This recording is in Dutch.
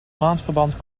maandverband